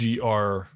GR